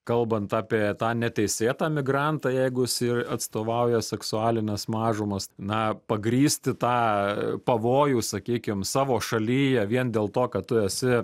kalbant apie tą neteisėtą migrantą jeigu jis ir atstovauja seksualines mažumas na pagrįsti tą pavojų sakykim savo šalyje vien dėl to kad tu esi